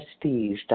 prestige